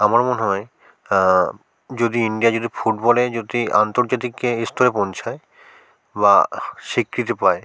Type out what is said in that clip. আমার মনে হয় যদি ইন্ডিয়া যদি ফুটবলে যদি আন্তর্জাতিক স্তরে পৌঁছায় বা স্বীকৃতি পায়